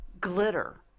glitter